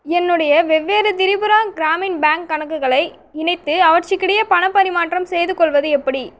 என்னுடைய வெவ்வேறு திரிபுரா கிராமின் பேங்க் கணக்குகளை இணைத்து அவற்றுக்கிடையே பணப் பரிமாற்றம் செய்துகொள்வது எப்படி